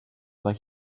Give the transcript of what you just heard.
like